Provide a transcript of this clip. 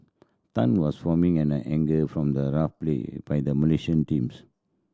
Tan was foaming and anger from the rough play by the Malaysian teams